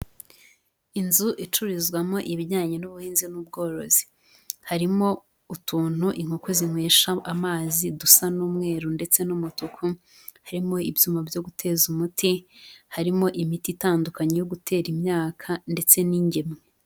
Inzu icururizwamo ibijyanye n'ubuhinzi n'ubworozi, harimo utuntu inkoko zinywesha amazi dusa n'umweru ndetse n'umutuku, harimo ibyuma byo guteza umuti, harimo imiti itandukanye yo gutera imyaka ndetse n'ingemwe.